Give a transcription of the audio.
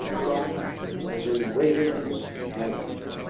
trump was a ratings magnet.